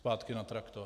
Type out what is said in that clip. Zpátky na traktor.